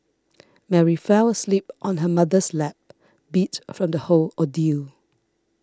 Mary fell asleep on her mother's lap beat from the whole ordeal